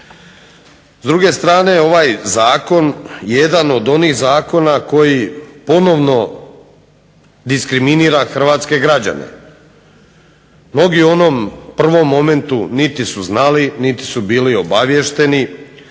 S druge strane, ovaj zakone je jedan od onih zakona koji ponovno diskriminira hrvatske građane. Mnogi u onom prvom momentu niti su znali niti su bili obaviješteni